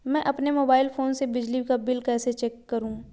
मैं अपने mobile phone से बिजली का बिल कैसे चेक करूं?